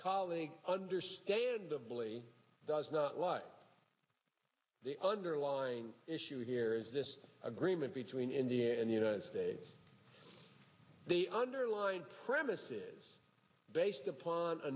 colleagues understandably does not like underlying issue here is this agreement between india and united states the underlying premise is based upon